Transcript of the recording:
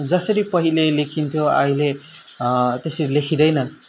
जसरी पहिले लेखिन्थ्यो आहिले त्यसरी लेखिँदैन